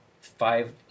five